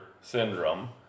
syndrome